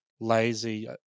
lazy